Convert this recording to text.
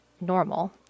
normal